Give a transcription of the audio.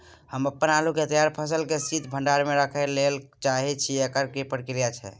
हम अपन आलू के तैयार फसल के शीत भंडार में रखै लेल चाहे छी, एकर की प्रक्रिया छै?